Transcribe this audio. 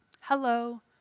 Hello